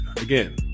again